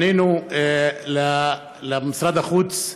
פנינו למשרד החוץ.